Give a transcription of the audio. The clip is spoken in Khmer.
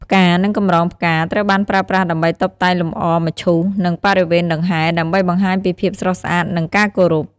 ផ្កា និងកម្រងផ្កា ត្រូវបានប្រើប្រាស់ដើម្បីតុបតែងលម្អមឈូស និងបរិវេណដង្ហែ ដើម្បីបង្ហាញពីភាពស្រស់ស្អាត និងការគោរព។